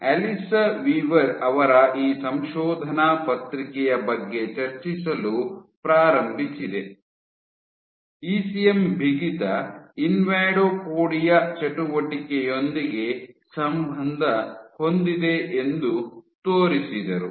Alyssa Weaver ಅವರ ಈ ಸಂಶೋಧನಾ ಪತ್ರಿಕೆಯ ಬಗ್ಗೆ ಚರ್ಚಿಸಲು ಪ್ರಾರಂಭಿಸಿದೆ ಇಸಿಎಂ ಬಿಗಿತ ಇನ್ವಾಡೋಪೊಡಿಯಾ ಚಟುವಟಿಕೆಯೊಂದಿಗೆ ಸಂಬಂಧ ಹೊಂದಿದೆ ಎಂದು ತೋರಿಸಿದರು